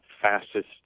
fastest